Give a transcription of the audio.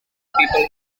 people